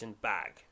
bag